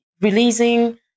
releasing